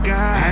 God